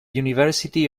university